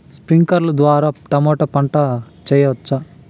స్ప్రింక్లర్లు ద్వారా టమోటా పంట చేయవచ్చా?